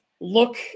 look